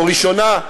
או הראשונה,